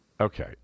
Okay